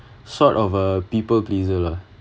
sort of a people-pleaser lah